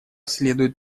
следует